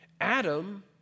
Adam